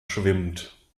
schwimmt